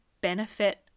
benefit